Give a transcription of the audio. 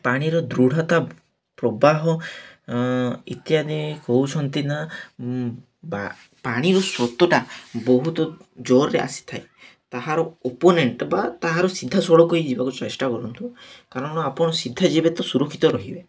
ପାଣିର ଦୃଢ଼ତା ପ୍ରବାହ ଇତ୍ୟାଦି କହୁଛନ୍ତି ନା ବା ପାଣିର ସ୍ରୋତଟା ବହୁତ ଜୋରରେ ଆସିଥାଏ ତାହାର ଓପୋନେଣ୍ଟ ବା ତାହାର ସିଧା ସଡ଼କ ହି ଯିବାକୁ ଚେଷ୍ଟା କରନ୍ତୁ କାରଣ ଆପଣ ସିଧା ଯିବେ ତ ସୁରକ୍ଷିତ ରହିବେ